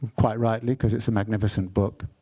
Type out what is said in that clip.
quite rightly, because it's a magnificent book.